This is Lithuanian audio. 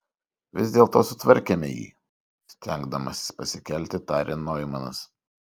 vis dėlto sutvarkėme jį stengdamasis pasikelti tarė noimanas